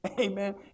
Amen